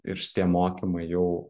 ir šitie mokymai jau